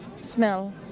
smell